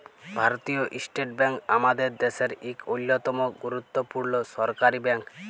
ভারতীয় state bank আমাদের দ্যাশের ইক অল্যতম গুরুত্তপুর্ল সরকারি ব্যাংক